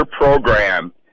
program